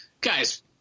Guys